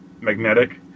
Magnetic